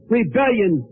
rebellion